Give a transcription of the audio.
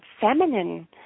feminine